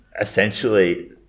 essentially